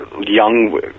young